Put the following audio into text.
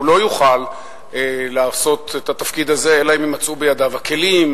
שהוא לא יוכל לעשות את התפקיד הזה אלא אם כן יימצאו בידיו הכלים,